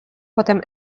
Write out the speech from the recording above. potem